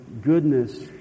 goodness